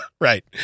Right